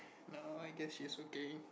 no I guess he is okay